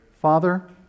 Father